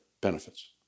benefits